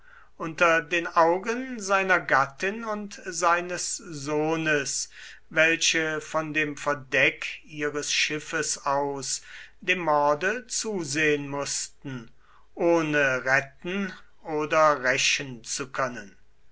unter den augen seiner gattin und seines sohnes welche von dem verdeck ihres schiffes aus dem morde zusehen mußten ohne retten oder rächen zu können